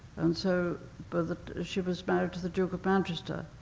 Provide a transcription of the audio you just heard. and so but she was married to the duke of manchester,